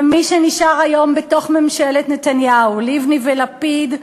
ומי שנשאר היום בתוך ממשלת נתניהו, לבני ולפיד,